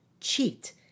cheat